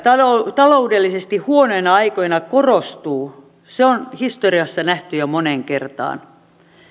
taloudellisesti huonoina aikoina korostuu se on historiassa nähty jo moneen kertaan